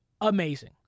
amazing